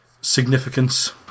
significance